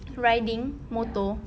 riding motor